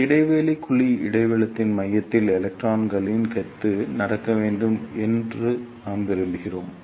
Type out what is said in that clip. இந்த இடைவெளி குழி இடைவெளியின் மையத்தில் எலக்ட்ரான்களின் கொத்து நடக்க வேண்டும் என்று நாம் விரும்புகிறோம்